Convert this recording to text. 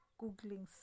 googling